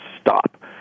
Stop